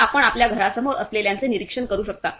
तर आपण आपल्या घरासमोर असलेल्याचे निरीक्षण करू शकता